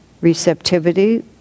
receptivity